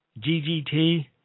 GGT